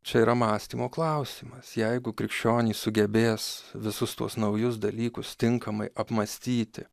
čia yra mąstymo klausimas jeigu krikščionys sugebės visus tuos naujus dalykus tinkamai apmąstyti